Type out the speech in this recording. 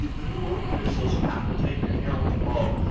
the new york officials have to take account of